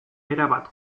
erabat